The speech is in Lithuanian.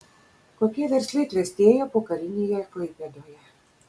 kokie verslai klestėjo pokarinėje klaipėdoje